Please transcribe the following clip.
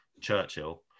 churchill